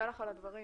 תודה לך על הדברים.